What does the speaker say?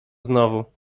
znowu